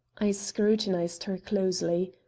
i scrutinized her closely.